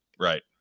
right